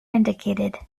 indicated